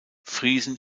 friesen